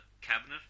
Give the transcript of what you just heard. cabinet